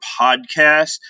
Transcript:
Podcast